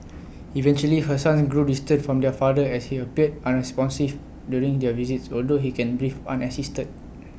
eventually her sons grew distant from their father as he appeared unresponsive during their visits although he can breathe unassisted